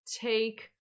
take